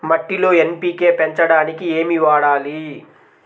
మట్టిలో ఎన్.పీ.కే పెంచడానికి ఏమి వాడాలి?